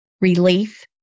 relief